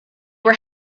were